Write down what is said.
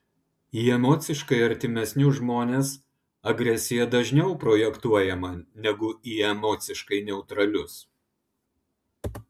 į emociškai artimesnius žmones agresija dažniau projektuojama negu į emociškai neutralius